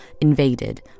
Invaded